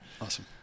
Awesome